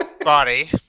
body